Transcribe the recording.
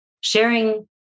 sharing